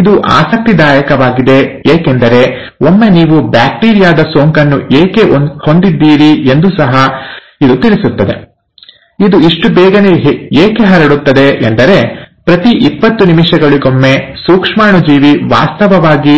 ಇದು ಆಸಕ್ತಿದಾಯಕವಾಗಿದೆ ಏಕೆಂದರೆ ಒಮ್ಮೆ ನೀವು ಬ್ಯಾಕ್ಟೀರಿಯಾ ದ ಸೋಂಕನ್ನು ಏಕೆ ಹೊಂದಿದ್ದೀರಿ ಎಂದೂ ಸಹ ಇದು ತಿಳಿಸುತ್ತದೆ ಅದು ಇಷ್ಟು ಬೇಗನೆ ಏಕೆ ಹರಡುತ್ತದೆ ಎಂದರೆ ಪ್ರತಿ ಇಪ್ಪತ್ತು ನಿಮಿಷಗಳಿಗೊಮ್ಮೆ ಸೂಕ್ಷ್ಮಾಣುಜೀವಿ ವಾಸ್ತವವಾಗಿ